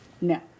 No